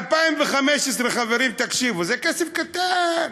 ב-2015, חברים, תקשיבו, זה כסף קטן,